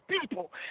people